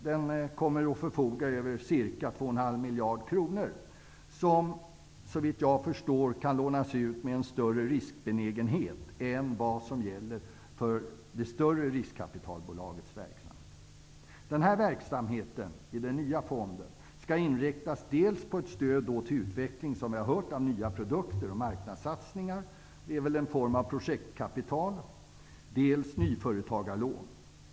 Denna kommer att förfoga över ca 2,5 miljarder kronor, som såvitt jag förstår kan lånas ut med en större riskbenägenhet än vad som gäller för de större riskkapitalbolagens verksamhet. Verksamheten i den nya fonden skall inriktas dels på ett stöd till utveckling av nya produkter och marknadssatsningar -- en form av projektkapital -- dels nyföretagarlån.